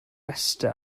rhestr